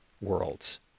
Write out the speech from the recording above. worlds